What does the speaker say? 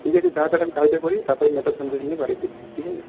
ঠিক আছে তাতাড়ি আমি কাজটা করি তারপরে মেচা সন্দেশ নিয়ে বাড়ি ফিরছি ঠিক আছে